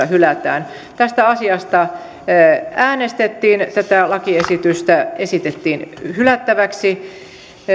hylätään tästä asiasta äänestettiin tätä lakiesitystä esitettiin hylättäväksi